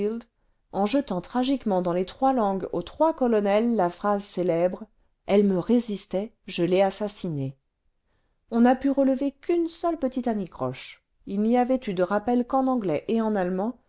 en jetant tragiquement dans les trois langues aux trois colonels la phrase célèbre le piano annonceur elle me résistait je l'ai assassinée on n'a pu relever qu'une seule petite anicroche il n'y avait eu de rappels qu'en anglais et en allemand